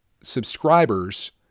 subscribers